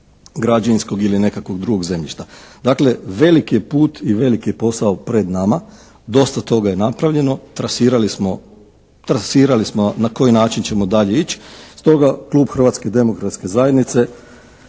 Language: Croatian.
Hrvatske demokratske zajednice